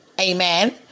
amen